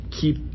Keep